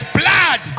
blood